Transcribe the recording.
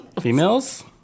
Females